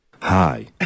Hi